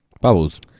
Bubbles